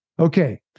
Okay